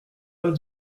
pas